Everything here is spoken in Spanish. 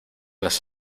las